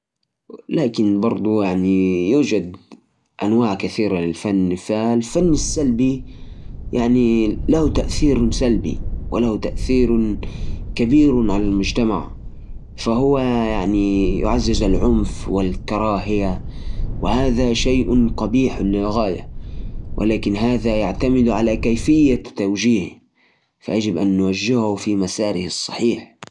أكيد ممكن يكون للفن تأثير سلبي على المجتمع في بعض الأوقات مثلاً إذا كان الفن يروج للعنف والسلوكيات السيئة أو يتسبب في نشر أفكار السلبية كمان بعض الأعمال الفنيه ممكن تعزز التمييز والكراهيه بين فئات المجتمع يعني الفن له جانبين والموضوع يعتمد على رسالة ليوصلها